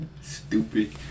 Stupid